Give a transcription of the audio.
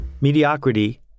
Mediocrity